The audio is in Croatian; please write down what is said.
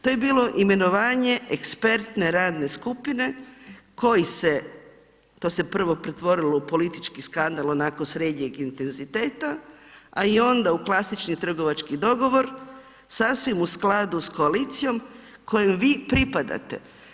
To je bilo imenovanje ekspertne radne skupine koji se, to se prvo pretvorilo u politički skandal onako srednjeg intenziteta, a i onda u klasični trgovački dogovor sasvim u skladu s koaliciju kojem vi pripadate.